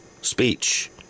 speech